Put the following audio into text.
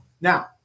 Now